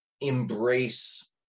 embrace